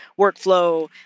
workflow